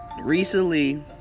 Recently